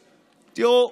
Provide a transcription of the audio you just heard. תראו,